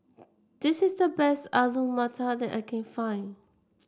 this is the best Alu Matar that I can find